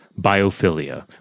biophilia